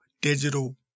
digital